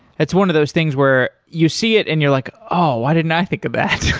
it's one of those things where you see it and you're like, oh, why didn't i think of that?